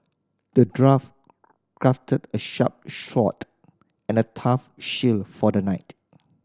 the dwarf crafted a sharp sword and a tough shield for the knight